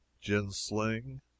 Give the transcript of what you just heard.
Gin-sling